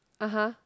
(uh huh)